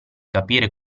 capire